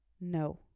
No